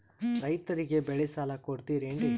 ರೈತರಿಗೆ ಬೆಳೆ ಸಾಲ ಕೊಡ್ತಿರೇನ್ರಿ?